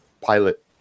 pilot